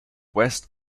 west